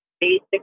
basic